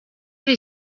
ari